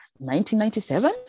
1997